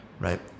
Right